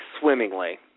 swimmingly